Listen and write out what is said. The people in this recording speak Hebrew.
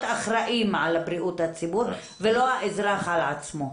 אחראים על בריאות הציבור ולא האזרח על עצמו.